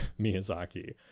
Miyazaki